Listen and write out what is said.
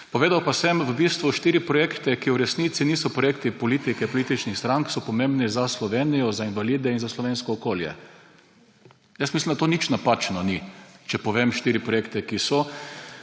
Naštel pa sem v bistvu štiri projekte, ki v resnici niso projekti politike, političnih strank, pomembni so za Slovenijo, za invalide in za slovensko okolje. Mislim, da ni nič napačno, če povem štiri projekte, ki so.